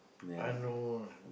I know